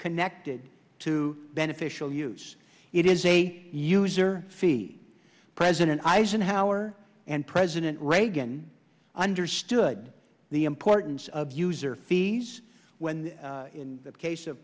connected to beneficial use it is a user fee president eisenhower and president reagan understood the importance of user fees when in the case of